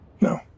No